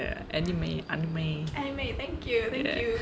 ya anime anime ya